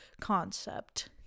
concept